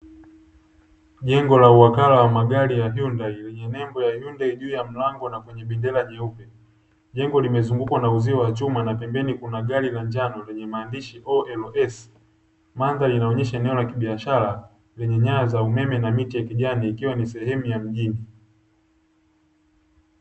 Jengo la uwakala la magari aina ya HYUNDAI lenye nembo ya HYUNDAI juu ya mlango na bendera nyeupe, jengo limezungukwa na uzio wa chuma na pembeni kuna gari la njano lenye maandishi (LOS). Mandhari inaonyesha eneo la biashara lenye nyaya za umeme na miti ya kijani ikiwa ni sehemu ya mjini.